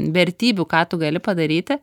vertybių ką tu gali padaryti